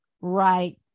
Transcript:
right